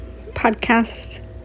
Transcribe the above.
podcast